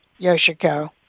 yoshiko